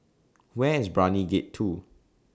Where IS Brani Gate two